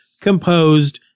composed